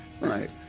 Right